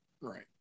Right